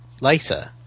later